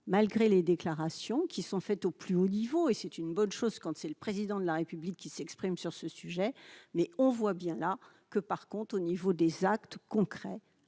malgré les déclarations qui sont faites au plus haut niveau et c'est une bonne chose quand c'est le président de la République qui s'exprime sur ce sujet, mais on voit bien là que part compte au niveau des actes concrets,